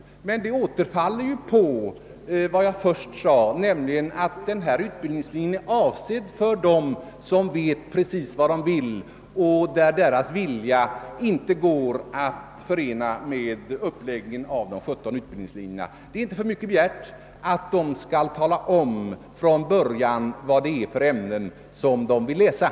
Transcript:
Detta krav återfaller emellertid på det som jag först nämnde, nämligen att den särskilda utbildningslinjen är avsedd för de studenter, vilka precis vet vad de vill läsa och vilkas önskemål inte går att förena med de 17 utbildningsvägarna. Det är inte för mycket begärt att dessa studerande från början talar om vilka ämnen de kommer att läsa.